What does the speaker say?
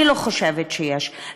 אני לא חושבת שיש,